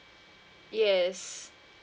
yes